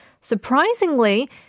Surprisingly